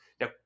now